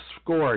scored